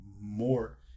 more